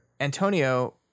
Antonio